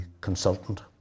consultant